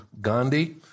Gandhi